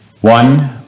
One